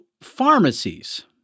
pharmacies